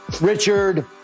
Richard